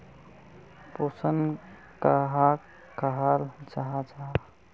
पोषण कहाक कहाल जाहा जाहा?